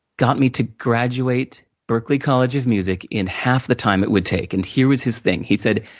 got me to graduate berklee college of music in half the time it would take, and here was his thing. he said,